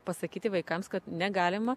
pasakyti vaikams kad negalima